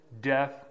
death